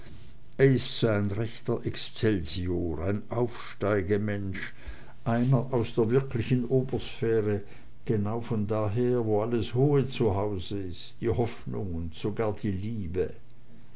ist so recht ein excelsior ein aufsteigemensch einer aus der wirklichen obersphäre genau von daher wo alles hohe zu haus ist die hoffnung und sogar die liebe